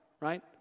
right